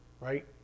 right